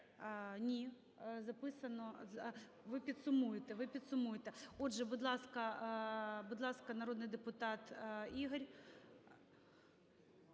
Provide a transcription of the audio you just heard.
Ні, записано… ви підсумуєте, ви підсумуєте. Отже, будь ласка, народний депутат Ігор.